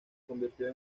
convirtió